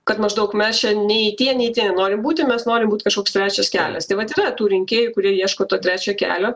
kad maždaug mes čia nei tie nei tie nenorim būti mes norim būt kažkoks trečias kelias tai vat yra tų rinkėjų kurie ieško to trečio kelio